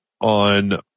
on